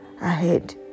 ahead